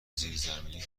زیرزمینی